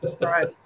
right